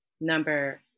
number